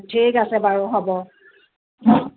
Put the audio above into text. ঠিক আছে বাৰু হ'ব